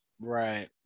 Right